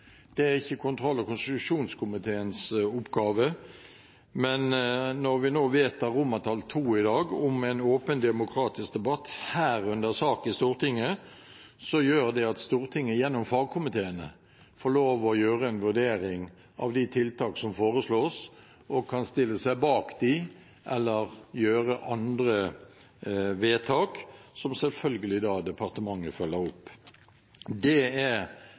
Det er ikke kontroll- og konstitusjonskomiteens oppgave. Når vi nå vedtar II i dag om en åpen, demokratisk debatt, herunder en sak i Stortinget, gjør det at Stortinget gjennom fagkomiteene får lov til å gjøre en vurdering av de tiltakene som foreslås, og kan stille seg bak dem eller gjøre andre vedtak, som selvfølgelig departementet da følger opp. Det er